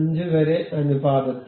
5 വരെ അനുപാതത്തിൽ